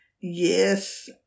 yes